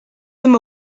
them